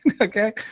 okay